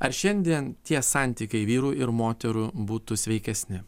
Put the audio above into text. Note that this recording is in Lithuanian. ar šiandien tie santykiai vyrų ir moterų būtų sveikesni